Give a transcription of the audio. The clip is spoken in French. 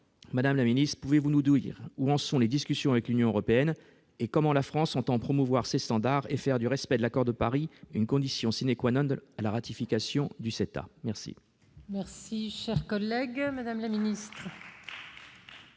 Madame la ministre, pouvez-vous nous dire où en sont les discussions avec l'Union européenne et comment la France entend promouvoir ses standards et faire du respect de l'accord de Paris une condition à la ratification du CETA ? La parole est à Mme la ministre.